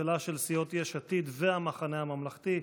ההוצאה לפועל (תיקון, ריבית ודמי פיגורים),